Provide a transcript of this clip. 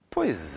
Pois